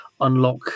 unlock